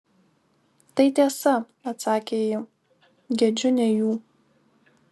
tai tiesa atsakė ji gedžiu ne jų